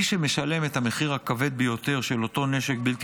מי שמשלם את המחיר הכבד ביותר של אותו נשק בלתי